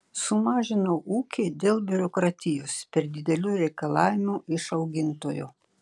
sumažinau ūkį dėl biurokratijos per didelių reikalavimų iš augintojo